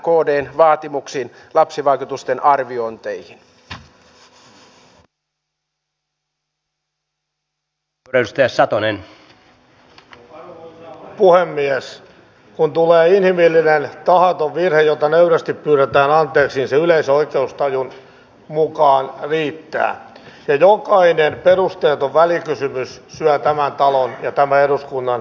meidänhän pitää nimenomaan edistää sitä työllistymistä ja sitä että ihminen pääsee tekemään ja tekisi jotakin sen yhteiskunnalta tulevan sosiaaliturvan tai sitten tämän oikean palkkasumman edestä